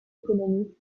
économique